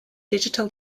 digital